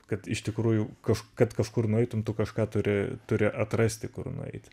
kad iš tikrųjų kaž kad kažkur nueitum tu kažką turi turi atrasti kur nueiti